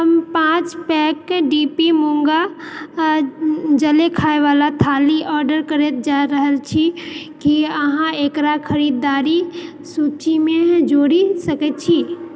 हम पाँच पैक डी पी मूंगाक जलखयवला थाली ऑर्डर करए जा रहल छी की अहाँ एकरा खरीदारी सूचिमे जोड़ि सकैत छी